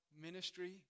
ministry